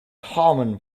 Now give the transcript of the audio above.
common